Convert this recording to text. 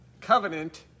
covenant